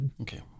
Okay